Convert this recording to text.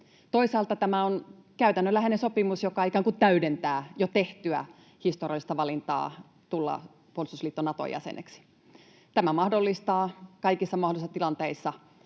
Toisaalta tämä on käytännönläheinen sopimus, joka ikään kuin täydentää jo tehtyä historiallista valintaa tulla puolustusliitto Naton jäseneksi. Tämä mahdollistaa kaikissa mahdollisissa tilanteissa